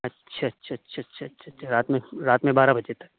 اچھا اچھا اچھا اچھا اچھا اچھا رات میں رات میں بارہ بجے تک